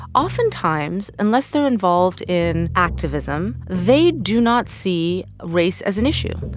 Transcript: oftentimes, unless they're involved in activism, they do not see race as an issue.